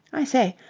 i say,